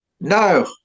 no